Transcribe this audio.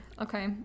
okay